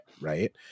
right